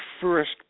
first